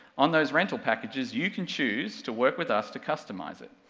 on those rental packages you can choose to work with us to customize it.